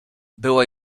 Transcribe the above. była